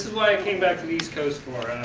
like came back to the east coast for